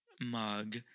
mug